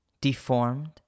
deformed